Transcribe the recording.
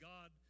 God